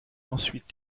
ensuite